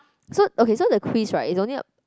so okay so the quiz right it's only